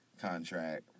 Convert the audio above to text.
contract